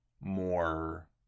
more